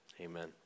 amen